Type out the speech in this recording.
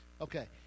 Okay